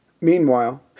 Meanwhile